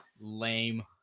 Lame